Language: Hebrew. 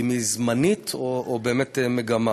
אם היא זמנית או באמת מגמה.